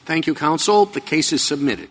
thank you counsel the case is submitted